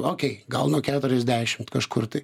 okei gal nuo keturiasdešimt kažkur tai